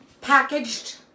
packaged